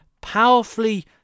powerfully